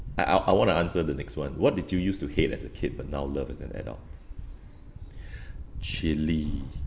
I I I want to answer the next one what did you use to hate as a kid but now love as an adult chilli